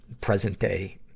present-day